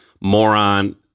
moron